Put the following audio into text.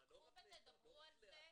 קחו ותדברו על זה.